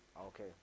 Okay